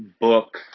book